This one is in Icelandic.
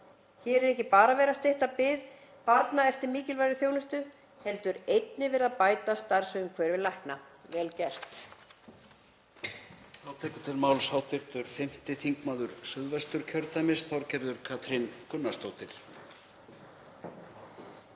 Hér er ekki bara verið að stytta bið barna eftir mikilvægri þjónustu heldur einnig verið að bæta starfsumhverfi lækna. — Vel gert.